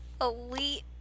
elite